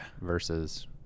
versus –